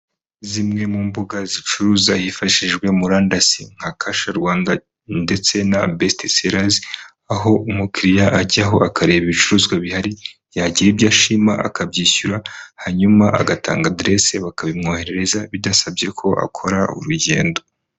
Zimwe mu mbuga zicuruza hifashishijwe murandasi nka Kasha Rwanda ndetse na besti serazi aho umukiliriya ajyaho akareba ibicuruzwa bihari yagira ibyo ashima akabyishyura hanyuma agatanga adresse bakabimwoherereza bidasabye ko akora urugendo.